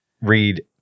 Read